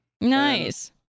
nice